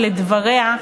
לדבריה,